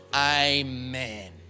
Amen